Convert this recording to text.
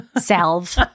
salve